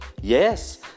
Yes